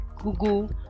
Google